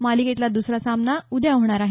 मालिकेतला दुसरा सामना उद्या होणार आहे